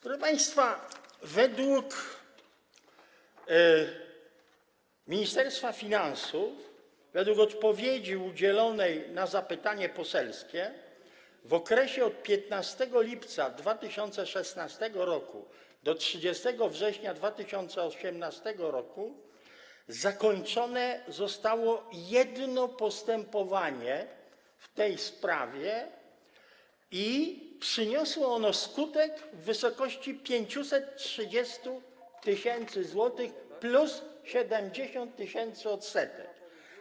Proszę państwa, według Ministerstwa Finansów, według odpowiedzi udzielonej na zapytanie poselskie w okresie od 15 lipca 2016 r. do 30 września 2018 r. zakończone zostało jedno postępowanie w tej sprawie i przyniosło ono skutek w wysokości 530 tys. zł plus 70 tys. odsetek.